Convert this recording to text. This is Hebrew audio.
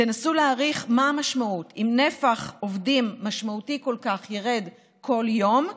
תנסו להעריך מה המשמעות אם נפח עובדים משמעותי כל כך ירד כל יום.